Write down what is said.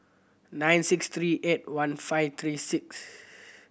nine six three eight one five three six